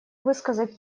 высказать